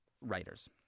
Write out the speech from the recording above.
writers